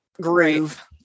groove